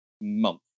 month